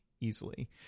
easily